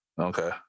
Okay